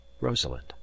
Rosalind